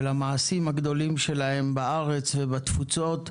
ולמעשים הגדולים שלהם בארץ ובתפוצות,